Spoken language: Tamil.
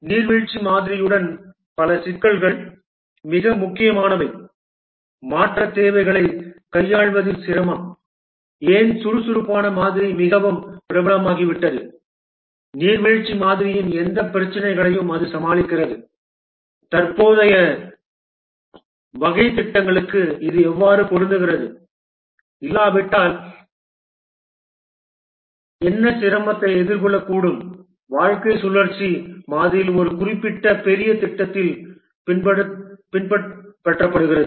நீர்வீழ்ச்சி மாதிரியுடன் பல சிக்கல்கள் மிக முக்கியமானவை மாற்றத் தேவைகளைக் கையாள்வதில் சிரமம் ஏன் சுறுசுறுப்பான மாதிரி மிகவும் பிரபலமாகிவிட்டது நீர்வீழ்ச்சி மாதிரியின் எந்தப் பிரச்சினைகளை அது சமாளிக்கிறது தற்போதைய வகை திட்டங்களுக்கு இது எவ்வாறு பொருந்துகிறது இல்லாவிட்டால் என்ன சிரமத்தை எதிர்கொள்ளக்கூடும் வாழ்க்கை சுழற்சி மாதிரி ஒரு குறிப்பிட்ட பெரிய திட்டத்தில் பின்பற்றப்படுகிறது